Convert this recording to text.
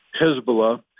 Hezbollah